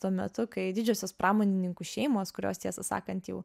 tuo metu kai didžiosios pramonininkų šeimos kurios tiesą sakant jau